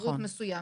שירות מסוים.